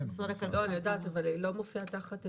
נמשיך.